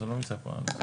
זה לא הנושא פה.